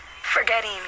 forgetting